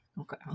okay